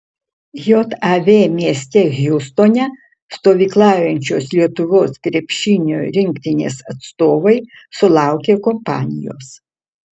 jav mieste hjustone stovyklaujančios lietuvos krepšinio rinktinės atstovai sulaukė kompanijos